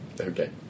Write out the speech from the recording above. Okay